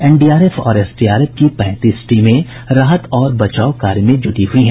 NDRF और SDRF की पैंतीस टीमें राहत और बचाव कार्य में जुटी हैं